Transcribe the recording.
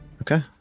Okay